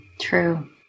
true